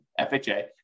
FHA